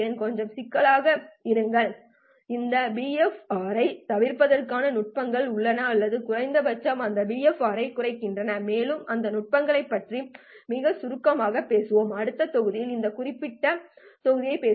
கொஞ்சம் சிக்கலாக இருங்கள் இந்த பிஏபிஆரைத் தவிர்ப்பதற்கான நுட்பங்கள் உள்ளன அல்லது குறைந்தபட்சம் இந்த பிஏபிஆரைக் குறைக்கின்றன மேலும் அந்த நுட்பங்களைப் பற்றி மிகச் சுருக்கமாகப் பேசுவேன் அடுத்த தொகுதியில் இதைக் குறிப்பிடப் போகிறேன்